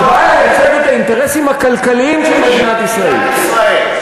שבא לייצג את האינטרסים הכלכליים של מדינת ישראל.